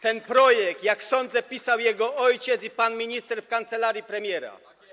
Ten projekt, jak sądzę, pisał jego ojciec i pan minister w kancelarii premiera.